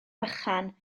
bychan